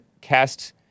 cast